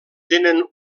tenen